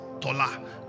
Tola